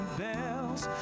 bells